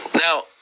Now